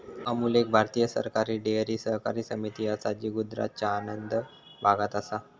अमूल एक भारतीय सरकारी डेअरी सहकारी समिती असा जी गुजरातच्या आणंद भागात असा